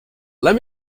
let